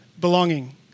belonging